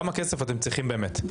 כמה כסף אתם צריכים באמת?